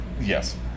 Yes